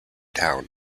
town